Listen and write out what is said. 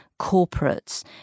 corporates